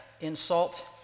insult